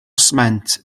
sment